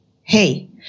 hey